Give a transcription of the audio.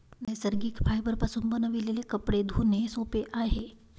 नैसर्गिक फायबरपासून बनविलेले कपडे धुणे सोपे आहे